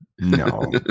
No